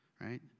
right